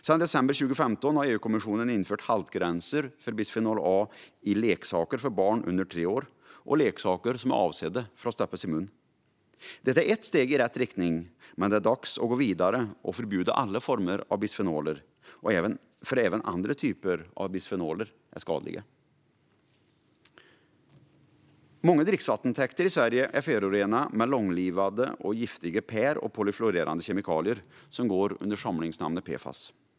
Sedan december 2015 har EU-kommissionen infört haltgränser för bisfenol A i leksaker för barn under tre år och leksaker som är avsedda att stoppas i munnen. Detta är ett steg i rätt riktning, men det är dags att gå vidare och förbjuda alla former av bisfenoler, för även andra typer av bisfenoler är skadliga. Många dricksvattentäkter i Sverige är förorenade med långlivade och giftiga perfluorerade och polyfluorerade kemikalier som går under samlingsnamnet PFAS.